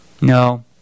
No